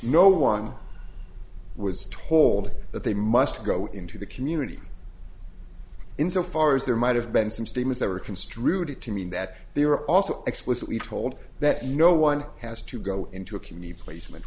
no one was told that they must go into the community insofar as there might have been some statements that were construed to mean that they were also explicitly told that no one has to go into a community placement